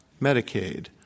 Medicaid